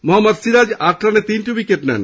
মহম্মদ সিরাজ আট রানে তিনটি উইকেট নিয়েছেন